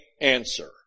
answer